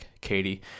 Katie